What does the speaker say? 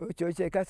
ococek